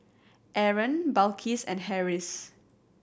Aaron Balqis and Harris